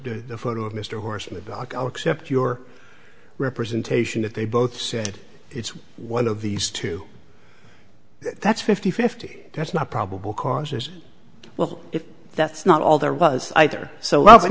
gorst the photo of mr horse in the balco except your representation that they both said it's one of these two that's fifty fifty that's not probable cause as well if that's not all there was either so l